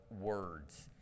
words